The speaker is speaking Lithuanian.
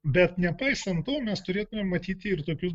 bet nepaisant to mes turėtumėm matyti ir tokius